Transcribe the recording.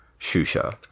Shusha